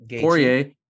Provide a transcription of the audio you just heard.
Poirier